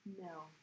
No